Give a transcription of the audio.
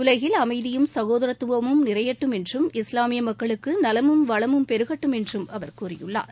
உலகில் அமைதியும் சகோதரரத்துவமும் நிறையட்டும் என்றும் இஸ்லாமியமக்களுக்குநலமும் வளமும் பெருகட்டும் என்றும் அவர் கூறியுள்ளார்